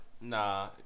nah